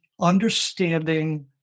understanding